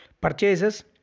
Purchases